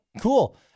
cool